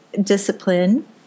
discipline